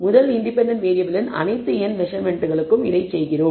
முதல் இண்டிபெண்டன்ட் வேறியபிளின் அனைத்து n மெசர்மென்ட்களுக்கும் இதைச் செய்கிறோம்